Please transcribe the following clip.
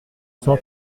cent